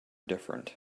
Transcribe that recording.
different